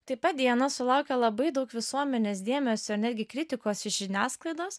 taip pat diana sulaukė labai daug visuomenės dėmesio netgi kritikos iš žiniasklaidos